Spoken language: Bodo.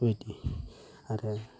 बेफोरबायदि आरो